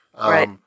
right